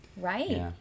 Right